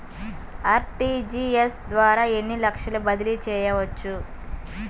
RTGS ద్వారా ఎన్ని లక్షలు బదిలీ చేయవచ్చు?